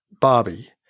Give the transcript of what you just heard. Bobby